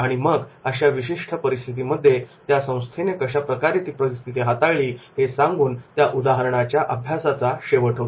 आणि मग अशा विशिष्ट परिस्थितीमध्ये त्या संस्थेने कशा प्रकारे ती परिस्थिती हाताळली हे सांगून त्या उदाहरण अभ्यासाचा शेवट होतो